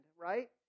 right